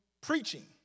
preaching